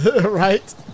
Right